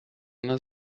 нас